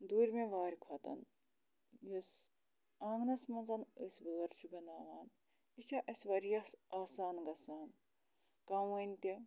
دوٗرمہِ وارِ کھۄتہٕ یُس آنٛگنَس منٛز أسۍ وٲر چھِ بَناوان یہِ چھِ اَسہِ واریاہ آسان گژھان کَموٕنۍ تہِ